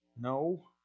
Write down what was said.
No